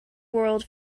world